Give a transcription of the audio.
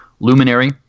Luminary